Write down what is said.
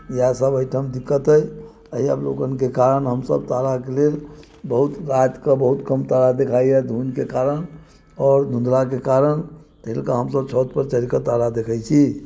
इएहसभ एहिठाम दिक्कत अइ एहि अवलोकनके कारण हमसभ ताराके लेल बहुत राति कऽ बहुत कम तारा देखाइए धुंधके कारण आओर निद्राके कारण चलि कऽ हमसभ छतपर चढ़ि कऽ हमसभ तारा देखैत छी